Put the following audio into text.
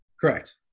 Correct